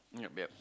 yup yup